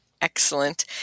Excellent